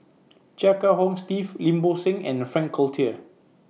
Chia Kiah Hong Steve Lim Bo Seng and Frank Cloutier